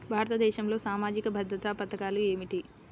భారతదేశంలో సామాజిక భద్రతా పథకాలు ఏమిటీ?